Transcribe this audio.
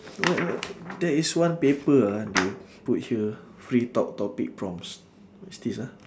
there is one paper ah they put here free talk topic prompts what is this ah